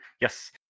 yes